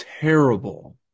Terrible